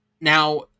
Now